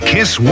Kiss